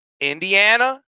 Indiana